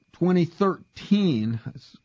2013